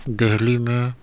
دہلی میں